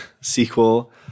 sequel